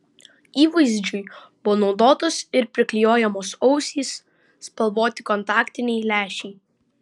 įvaizdžiui buvo naudotos ir priklijuojamos ausys spalvoti kontaktiniai lęšiai